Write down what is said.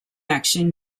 action